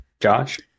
Josh